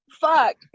fuck